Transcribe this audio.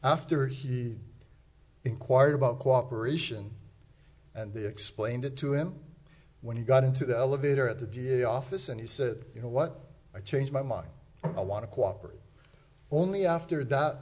after he inquired about cooperation and they explained it to him when he got into the elevator at the da office and he said you know what i changed my mind i want to cooperate only after